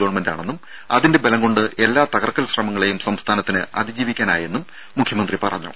government ആണെന്നും അതിന്റെ ബലംകൊണ്ട് എല്ലാ തകർക്കൽ ശ്രമങ്ങളെയും സംസ്ഥാനത്തിന് അതിജീവിക്കാനായെന്നും മുഖ്യമന്ത്രി പറഞ്ഞു